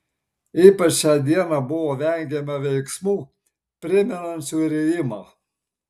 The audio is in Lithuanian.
ypač šią dieną buvo vengiama veiksmų primenančių rijimą